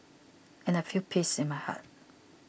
and I feel peace in my heart